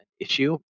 issue